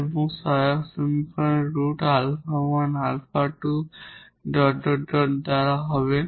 এবং এটি অক্সিলিয়ারি সমীকরণের রুট 𝛼1 𝛼2 দ্বারা দেওয়া হবে